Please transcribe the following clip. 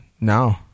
No